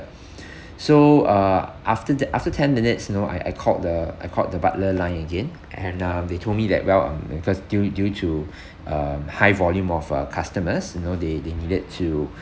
so uh after th~ after ten minutes you know I I called the I called the butler line again and um they told me that well mm because due due to um high volume of uh customers you know they they needed to